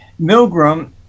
Milgram